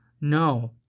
no